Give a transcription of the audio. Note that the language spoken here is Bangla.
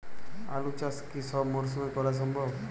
আলু চাষ কি সব মরশুমে করা সম্ভব?